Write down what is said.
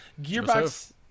gearbox